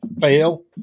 fail